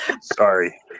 Sorry